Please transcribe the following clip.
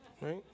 right